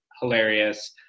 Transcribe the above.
hilarious